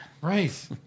Right